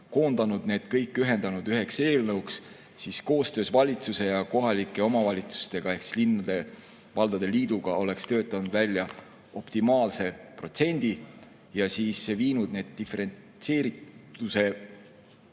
koondanud, ühendanud kõik üheks eelnõuks ja siis koostöös valitsuse ja kohalike omavalitsustega ehk linnade-valdade liiduga töötanud välja optimaalse protsendi, viinud need diferentseerituse